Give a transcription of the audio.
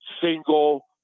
single